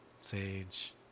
sage